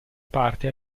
parte